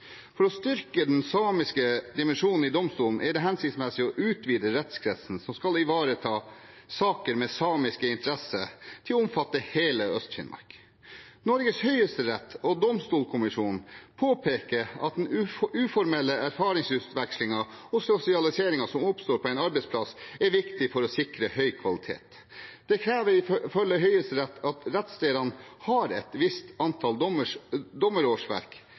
For å styrke den samiske dimensjonen i domstolen er det hensiktsmessig å utvide rettskretsen som skal ivareta saker med samiske interesser, til å omfatte hele Øst-Finnmark. Norges høyesterett og domstolkommisjonen påpeker at den uformelle erfaringsutvekslingen og sosialiseringen som oppstår på en arbeidsplass, er viktig for å sikre høy kvalitet. Det krever ifølge Høyesterett at rettsstedene har et visst antall